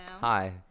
Hi